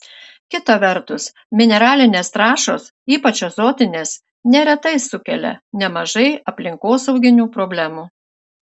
kita vertus mineralinės trąšos ypač azotinės neretai sukelia nemažai aplinkosauginių problemų